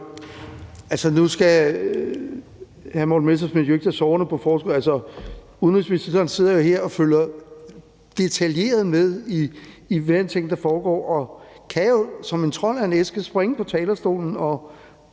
(EL): Nu skal hr. Morten Messerschmidt jo ikke tage sorgerne på forskud. Udenrigsministeren sidder her og følger detaljeret med i hver en ting, der foregår, og kan jo som en trold af en æske springe op på talerstolen og